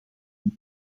niet